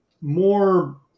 more